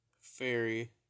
fairy